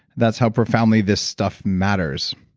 that's how profoundly this stuff matters.